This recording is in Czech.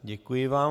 Děkuji vám.